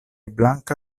blanka